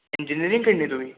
engineering ਕਰਨੀ ਤੂੰ ਵੀ